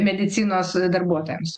medicinos darbuotojams